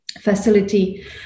facility